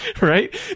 Right